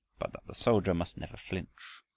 but that the soldier must never flinch.